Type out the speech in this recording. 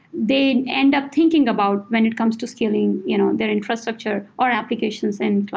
they end up thinking about when it comes to scaling you know their infrastructure or applications in